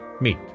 meet